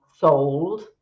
sold